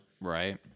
Right